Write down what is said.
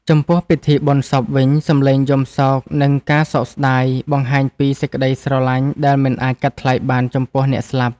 ចំពោះពិធីបុណ្យសពវិញ សម្លេងយំសោកនិងការសោកស្តាយ បង្ហាញពីសេចក្តីស្រឡាញ់ដែលមិនអាចកាត់ថ្លៃបានចំពោះអ្នកស្លាប់។